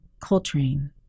coltrane